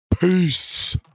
peace